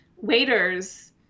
waiters